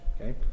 okay